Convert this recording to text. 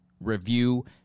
review